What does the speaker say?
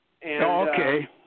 Okay